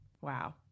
Wow